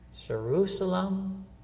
Jerusalem